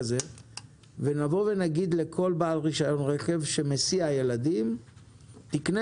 ונבוא ונגיד לכל בעל רישיון רכב שמסיע ילדים שיקנה